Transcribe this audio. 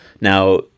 now